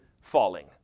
falling